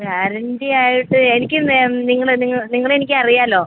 guarantee ആയിട്ട് എനിക്ക് നിങ്ങൾ നിങ്ങളെ എനിക്ക് അറിയാമല്ലോ